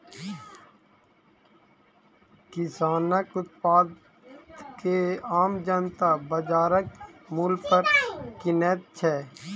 किसानक उत्पाद के आम जनता बाजारक मूल्य पर किनैत छै